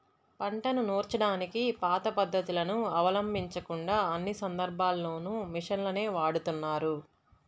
పంటను నూర్చడానికి పాత పద్ధతులను అవలంబించకుండా అన్ని సందర్భాల్లోనూ మిషన్లనే వాడుతున్నారు